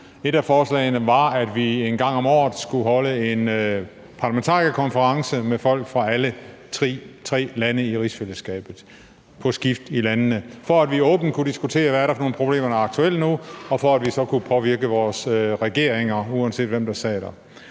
Et af forslagene var, at vi en gang om året skulle holde en parlamentarikerkonference med folk fra alle tre lande i rigsfællesskabet, på skift i landene, for at vi åbent kunne diskutere, hvad det er for nogle problemer, der er aktuelle nu, og for at vi så kunne påvirke vores regeringer, uanset hvem der sad der.